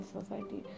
society